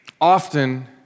Often